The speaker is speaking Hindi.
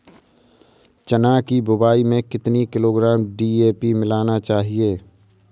चना की बुवाई में कितनी किलोग्राम डी.ए.पी मिलाना चाहिए?